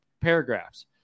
paragraphs